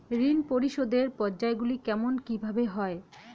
ঋণ পরিশোধের পর্যায়গুলি কেমন কিভাবে হয়?